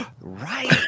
Right